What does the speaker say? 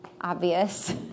obvious